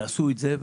תעשו את זה.